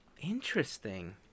Interesting